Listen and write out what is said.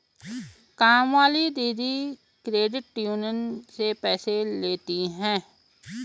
कामवाली दीदी credit union से पैसे लेती हैं